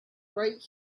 right